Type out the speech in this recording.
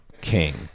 King